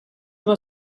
vad